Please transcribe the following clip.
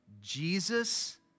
Jesus